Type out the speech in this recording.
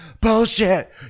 bullshit